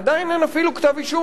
עדיין אין אפילו כתב אישום.